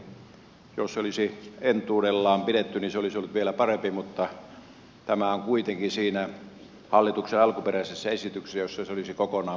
tietysti jos olisi entuudellaan pidetty se olisi ollut vielä parempi mutta tämä on kuitenkin siinä hallituksen alkuperäisessä esityksessä jossa se olisi kokonaan poistunut kohtuullinen